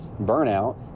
burnout